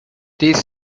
these